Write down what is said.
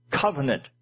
Covenant